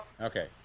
Okay